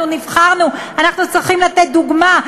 אנחנו נבחרנו, אנחנו צריכים לתת דוגמה.